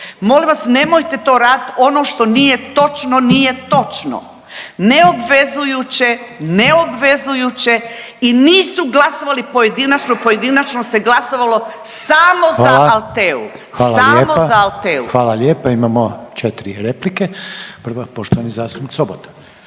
Molim vas nemojte to radit ono što nije točno, nije točno. Neobvezujuće, neobvezujuće i nisu glasovali pojedinačno, pojedinačno se glasovalo samo za Altheu …/Upadica: Hvala./… samo za Altheu.